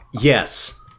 Yes